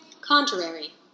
Contrary